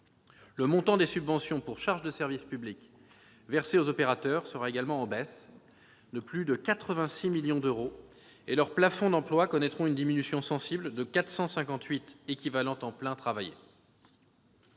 Le montant des subventions pour charges de service public versées aux opérateurs sera également en baisse, de plus de 86 millions d'euros, et leurs plafonds d'emplois connaîtront une diminution sensible de 458 équivalents temps plein travaillé.